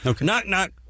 Knock-knock